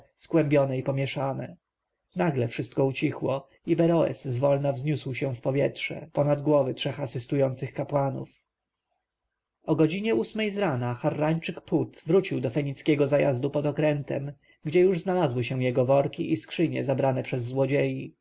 skłębione i pomieszane nagle wszystko ucichło i beroes zwolna wzniósł się w powietrze ponad głowy trzech asystujących kapłanów o godzinie ósmej z rana harrańczyk phut wrócił do fenickiego zajazdu pod okrętem gdzie już znalazły się jego worki i skrzynie zabrane przez złodziei